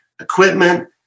equipment